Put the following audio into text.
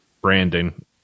branding